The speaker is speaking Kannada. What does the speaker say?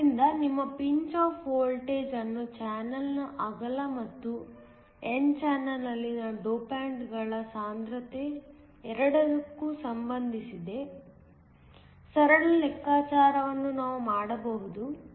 ಆದ್ದರಿಂದ ನಿಮ್ಮ ಪಿಂಚ್ ಆಫ್ ವೋಲ್ಟೇಜ್ ಅನ್ನು ಚಾನಲ್ನ ಅಗಲ ಮತ್ತು n ಚಾನಲ್ನಲ್ಲಿನ ಡೋಪಾಂಟ್ಗಳ ಸಾಂದ್ರತೆ ಎರಡಕ್ಕೂ ಸಂಬಂಧಿಸಿದ ಸರಳ ಲೆಕ್ಕಾಚಾರವನ್ನು ನಾವು ಮಾಡಬಹುದು